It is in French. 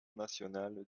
nationale